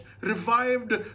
revived